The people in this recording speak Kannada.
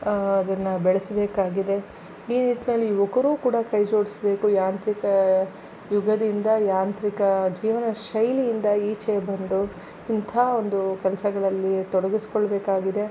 ಅದನ್ನು ಬೆಳೆಸಬೇಕಾಗಿದೆ ಈ ನಿಟ್ಟಿನಲ್ಲಿ ಯುವಕರು ಕೂಡ ಕೈ ಜೋಡಿಸ್ಬೇಕು ಯಾಂತ್ರಿಕ ಯುಗದಿಂದ ಯಾಂತ್ರಿಕ ಜೀವನ ಶೈಲಿಯಿಂದ ಈಚೆ ಬಂದು ಇಂತಹ ಒಂದು ಕೆಲಸಗಳಲ್ಲಿ ತೊಡಗಿಸಿಕೊಳ್ಬೇಕಾಗಿದೆ